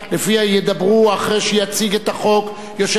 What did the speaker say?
שלפיו ידברו אחרי שיציג את החוק יושב-ראש